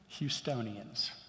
Houstonians